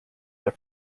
that